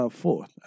fourth